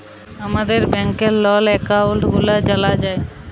আমাদের ব্যাংকের লল একাউল্ট গুলা জালা যায়